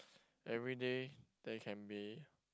everyday there can be